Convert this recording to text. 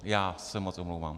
Já se moc omlouvám.